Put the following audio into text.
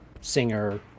singer